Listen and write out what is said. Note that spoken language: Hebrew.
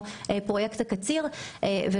פרויקט הקציר.